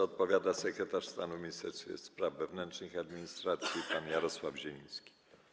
Odpowiada sekretarz stanu w Ministerstwie Spraw Wewnętrznych i Administracji pan Jarosław Zieliński.